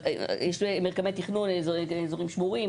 במרקמי התכנון יש אזורים שמורים,